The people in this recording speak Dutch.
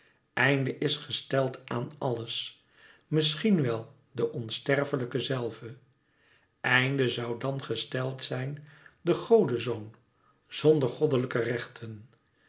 einde is gesteld aan alles misschien wel den onsterfelijken zelve einde zoû dan gesteld zijn den godezoon zonder goddelijke rechten